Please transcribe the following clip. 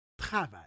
Travail